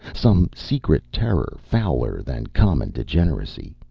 some secret terror fouler than common degeneracy.